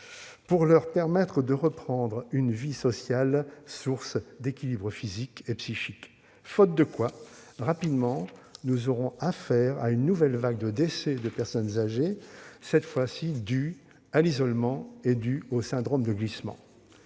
pour leur permettre de reprendre une vie sociale, source d'équilibre physique et psychique ?. Eh oui ! Sinon, rapidement, nous aurons affaire à une nouvelle vague de décès de personnes âgées, cette fois due à l'isolement et au syndrome de glissement.